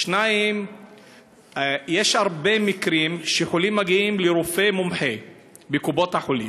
2. יש הרבה מקרים שחולים מגיעים לרופא מומחה בקופות-החולים.